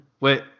wait